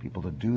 people to do